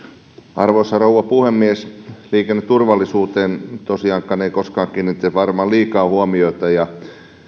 arvoisa rouva puhemies liikenneturvallisuuteen tosiaankaan ei koskaan kiinnitetä varmaan liikaa huomiota